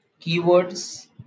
keywords